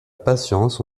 patience